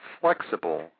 flexible